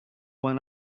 one